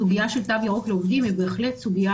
סוגיה של תו ירוק לעובדים היא בהחלט סוגיה